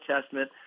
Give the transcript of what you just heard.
Testament